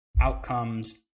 outcomes